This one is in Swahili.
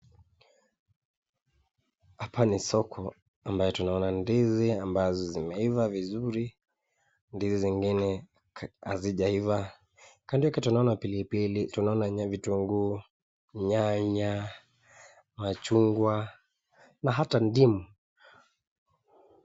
Hapa ni soko ambayo tunaona ndizi ambazo zimeiva vizuri. Ndizi zingine hazijaiva. Kando yake tunaona pilipili, tunaona vitunguu, nyanya, machungwa na hata ndimu.